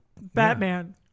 Batman